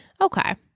okay